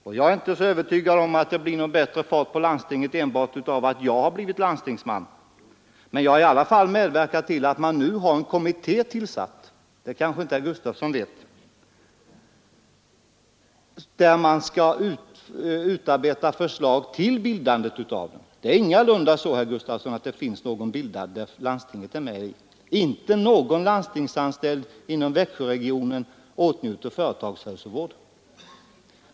Jag vågar väl inte hoppas på att det blir någon bättre fart på landstinget enbart för att jag har blivit landstingsman. Men jag har i alla fall medverkat till att man nu har en kommitté tillsatt — det kanske inte herr Gustavsson i Alvesta vet — som skall utarbeta förslag till upprättande av en företagshälsovårdscentral. Det är ingalunda så, herr Gustavsson i Alvesta, att det finns någon sådan central där landstinget är med; ingen landstingsanställd inom Växjöregionen åtnjuter företagshälsovård.